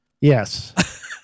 Yes